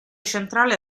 centrale